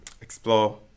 explore